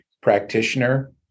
practitioner